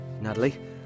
Natalie